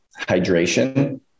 hydration